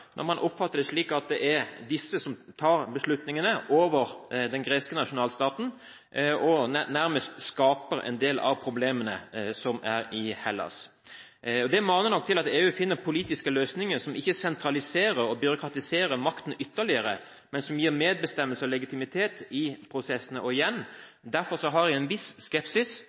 man oppfatter det slik at det er disse som tar beslutningene over den greske nasjonalstaten og nærmest skaper en del av problemene som er i Hellas. Det maner nok til at EU finner politiske løsninger som ikke sentraliserer og byråkratiserer makten ytterligere, men som gir medbestemmelse og legitimitet i prosessene. Og igjen: Derfor har jeg en viss skepsis